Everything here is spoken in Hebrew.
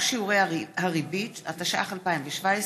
התשע"ח 2017,